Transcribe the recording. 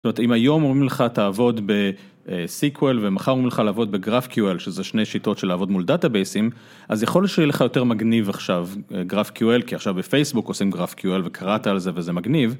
זאת אומרת, אם היום אומרים לך, תעבוד ב-SQL ומחר אומרים לך לעבוד ב-GraphQL, שזה שני שיטות של לעבוד מול דאטאבייסים, אז יכול להיות שיהיה לך יותר מגניב עכשיו GraphQL, כי עכשיו בפייסבוק עושים GraphQL וקראת על זה וזה מגניב.